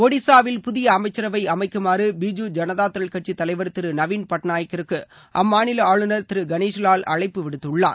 ஒடிசாவில் புதிய அமைச்சரவை அமைக்குமாறு பிஜு ஜனதாதள் கட்சித் தலைவர் திரு நவீன் பட்நாயக்குக்கு அம்மாநில ஆளுநர் திரு கணேஷிலால் அழைப்பு விடுத்துள்ளார்